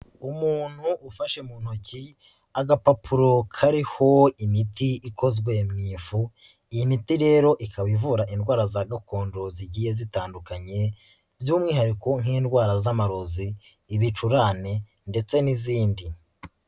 Umuntu ufashe mu ntoki agapapuro kariho imiti ikozwe mu ifu, iyi miti rero ikaba ivura indwara za gakondo zigiye zitandukanye by'umwihariko nk'indwara z'amarozi, ibicurane ndetse n'izindi.